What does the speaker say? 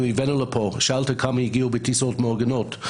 שאלת כמה הגיעו בטיסות מאורגנות,